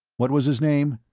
what was his name?